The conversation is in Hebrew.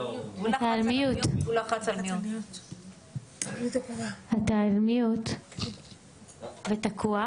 עו"ד רותי פרמינגר, בבקשה.